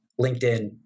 LinkedIn